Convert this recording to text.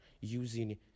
using